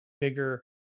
bigger